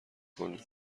کنین